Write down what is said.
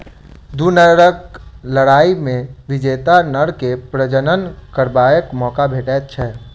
दू नरक लड़ाइ मे विजेता नर के प्रजनन करबाक मौका भेटैत छै